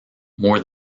more